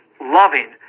loving